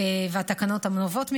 והתקנות הנובעות ממנו,